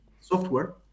software